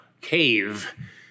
cave